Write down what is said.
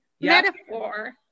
metaphor